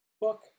book